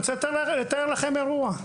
אני רוצה לתאר לכם אירוע.